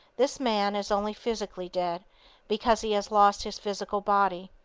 this man is only physically dead because he has lost his physical body.